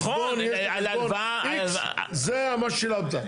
חשבון יש לו חשבון X, זה מה ששילמת.